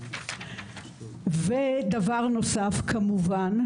ודבר נוסף כמובן,